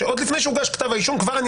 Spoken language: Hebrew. עוד לפני שהוגש כתב האישום כבר אני